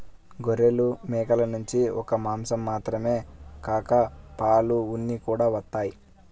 గొర్రెలు, మేకల నుంచి ఒక్క మాసం మాత్రమే కాక పాలు, ఉన్ని కూడా వత్తయ్